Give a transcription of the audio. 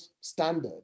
standard